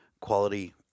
quality